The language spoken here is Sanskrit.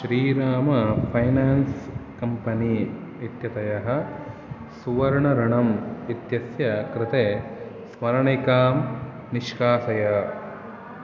श्रीराम् फैनान्स् कम्पनी इत्यतयः सुवर्ण ऋणम् इत्यस्य कृते स्मरणिकां निष्कासय